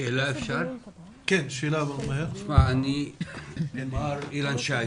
שאלה למר אילן שי.